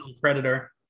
Predator